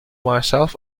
myself